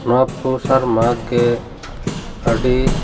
ᱚᱱᱟ ᱯᱩᱥ ᱟᱨ ᱢᱟᱜᱷ ᱜᱮ ᱟᱹᱰᱤ